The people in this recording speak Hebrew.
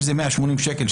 אם זה 180 שקל,